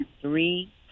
three